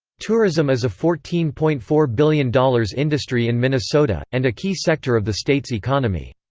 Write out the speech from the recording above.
tourism is a fourteen point four billion dollars industry in minnesota, and a key sector of the state's economy.